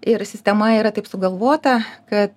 ir sistema yra taip sugalvota kad